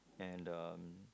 and um